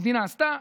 המדינה עשתה,